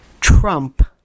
Trump